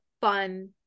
fun